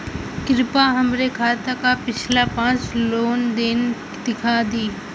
कृपया हमरे खाता क पिछला पांच लेन देन दिखा दी